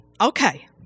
okay